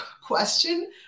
question